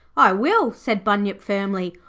i will said bunyip firmly.